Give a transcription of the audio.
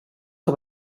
que